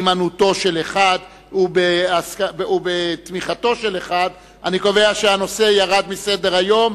בהימנעותו של אחד ובתמיכתו של אחד אני קובע שהנושא ירד מסדר-היום,